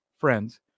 FRIENDS